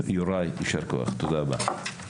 יוראי, יישר כוח, תודה רבה.